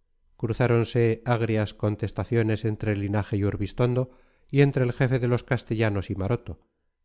carlista cruzáronse agrias contestaciones entre linaje y urbistondo y entre el jefe de los castellanos y maroto